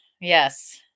Yes